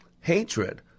hatred